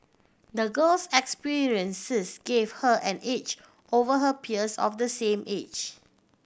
the girl's experiences gave her an edge over her peers of the same age